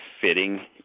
fitting